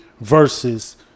Versus